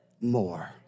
more